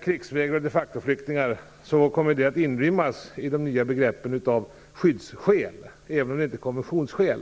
Krigsvägrare och de facto-flyktingar kommer att inrymmas i det nya begreppet skyddsskäl. Även om det inte är fråga om konventionsskäl,